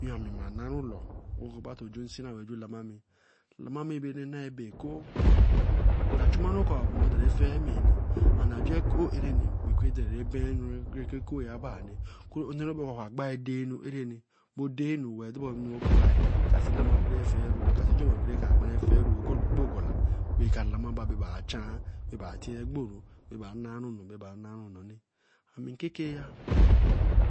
Ame ma naru lor obato juen nsira a lamamu lamami anura na bae koe. Nga churaru ko. Odomari dore fe me, and a jor koe areni dore baen aǹu eko jaba ni. Oga gba danu eiani. bo den anu weeh. dara manu ra golia ka see lama kwaru fe ru ame keke ra,